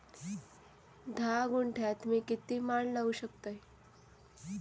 धा गुंठयात मी किती माड लावू शकतय?